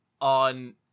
on